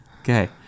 Okay